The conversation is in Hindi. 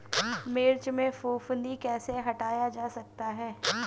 मिर्च में फफूंदी कैसे हटाया जा सकता है?